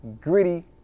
Gritty